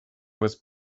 was